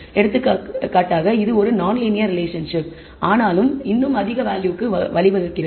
எடுத்துக்காட்டாக இது ஒரு நான் லீனியர் ரிலேஷன்ஷிப் ஆனாலும் இன்னும் அதிக வேல்யூக்கு வழிவகுக்கிறது